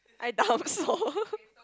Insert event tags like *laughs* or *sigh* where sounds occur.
I doubt so *laughs*